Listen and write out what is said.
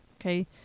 Okay